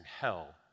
hell